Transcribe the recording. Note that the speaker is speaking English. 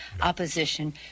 opposition